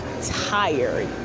tired